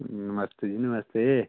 नमस्ते जी नमस्ते